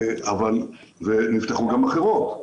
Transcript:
נפתחו גם אחרות.